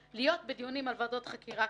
שאלתי אותה איילה, מה קרה לך?